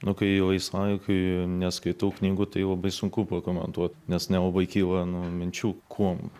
nu kai laisvalaikiui neskaitau knygų tai labai sunku pakomentuo nes nelabai kyla nu minčių kuom